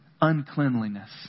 uncleanliness